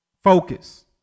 Focus